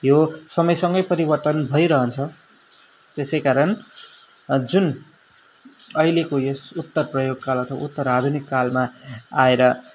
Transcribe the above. यो समयसँगै परिवर्तन भइरहन्छ त्यसैकारण जुन अहिलेको यस उत्तर प्रयोग काल अर्थात उत्तर आधुनिक कालमा आएर